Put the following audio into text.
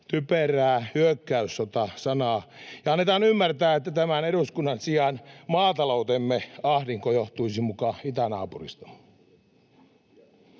typerää hyökkäyssota-sanaa ja annetaan ymmärtää, että tämän eduskunnan sijaan maataloutemme ahdinko johtuisi muka itänaapurista.